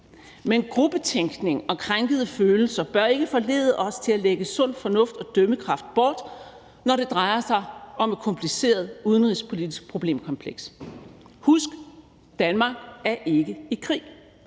Men gruppetænkning og krænkede følelser bør ikke forlede os til at lægge sund fornuft og dømmekraft bort, når det drejer sig om et kompliceret udenrigspolitisk problemkompleks. Husk: Danmark er ikke i krig.